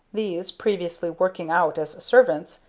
these, previously working out as servants,